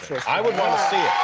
i would want to see it.